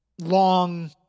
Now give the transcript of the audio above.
long